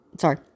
sorry